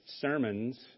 sermons